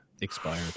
expired